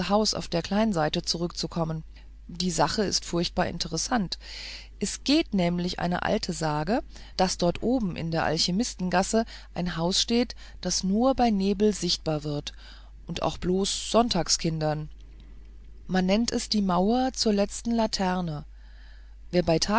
auf der kleinseite zurückzukommen die sache ist furchtbar interessant es geht nämlich eine alte sage daß dort oben in der alchimistengasse ein haus steht das nur bei nebel sichtbar wird und auch da bloß sonntagskindern man nennt es die mauer zur letzten laterne